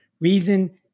reason